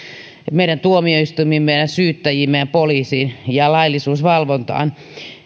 meidän tuomioistuimiimme ja syyttäjiimme ja poliisiin ja laillisuusvalvontaan